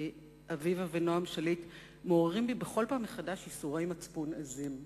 שאביבה ונועם שליט מעוררים בי בכל פעם מחדש ייסורי מצפון עזים.